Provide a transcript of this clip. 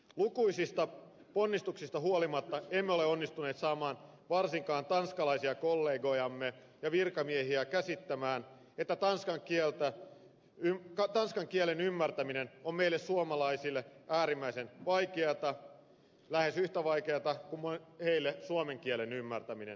lukuisista ponnistuksista huolimatta emme ole onnistuneet saamaan varsinkaan tanskalaisia kollegojamme ja virkamiehiä käsittämään että tanskan kielen ymmärtäminen on meille suomalaisille äärimmäisen vaikeata lähes yhtä vaikeata kuin heille suomen kielen ymmärtäminen